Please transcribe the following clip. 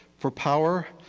for power,